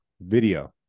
Video